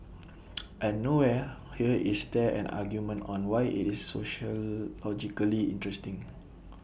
and nowhere here is there an argument on why IT is sociologically interesting